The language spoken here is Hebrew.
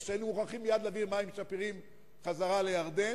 ואיך היינו מוכרחים מייד להעביר מים שפירים חזרה לירדן.